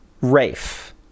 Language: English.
rafe